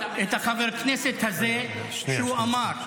----- את חבר הכנסת הזה כשהוא אמר -- שנייה.